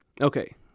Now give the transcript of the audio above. Okay